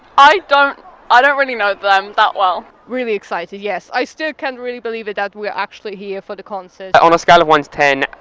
i don't ah don't really know them that well. really excited, yes. i still can't really believe it, that we are actually here for the concert. on a scale of one to ten,